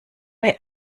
bei